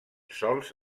sòls